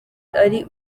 ari